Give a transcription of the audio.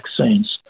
vaccines